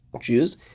Jews